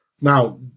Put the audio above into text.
Now